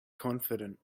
confident